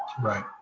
Right